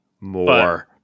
More